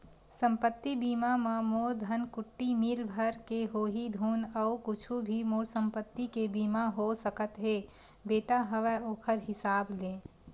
संपत्ति बीमा म मोर धनकुट्टी मील भर के होही धुन अउ कुछु भी मोर संपत्ति के बीमा हो सकत हे बेटा हवय ओखर हिसाब ले?